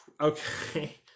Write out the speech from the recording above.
Okay